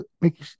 make